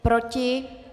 Proti?